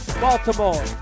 Baltimore